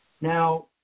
Now